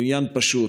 הוא עניין פשוט: